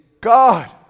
God